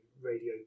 radio